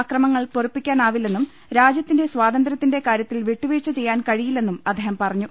അക്രമങ്ങൾ പൊറുപ്പിക്കാനാവില്ലെന്നും രാജ്യത്തിന്റെ സ്വാത ന്ത്ര്യത്തിന്റെ കാര്യത്തിൽ വിട്ടുവീഴ്ച ചെയ്യാൻ കഴിയില്ലെന്നും അദ്ദേഹം പറഞ്ഞു